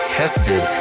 tested